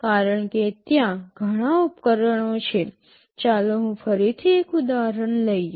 કારણ કે ત્યાં ઘણા ઉપકરણો છે ચાલો હું ફરીથી એક ઉદાહરણ લઈએ